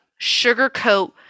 sugarcoat